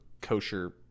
kosher